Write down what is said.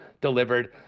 delivered